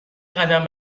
قدم